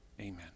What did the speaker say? Amen